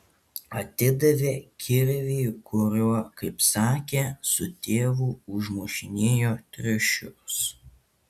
atidavė kirvį kuriuo kaip sakė su tėvu užmušinėjo triušius